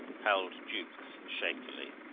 howled jukes, shakily.